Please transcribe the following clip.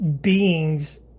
being's